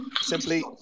Simply